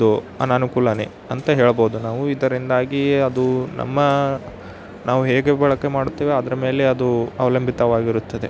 ಒಂದು ಅನನುಕೂಲವೇ ಅಂತ ಹೇಳ್ಬೋದು ನಾವು ಇದರಿಂದಾಗಿ ಅದು ನಮ್ಮ ನಾವು ಹೇಗೆ ಬಳಕೆ ಮಾಡುತ್ತೇವೋ ಅದ್ರ ಮೇಲೆ ಅದು ಅವಲಂಬಿತವಾಗಿರುತ್ತದೆ